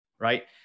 right